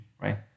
right